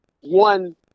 one